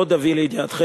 עוד אביא לידיעתכם,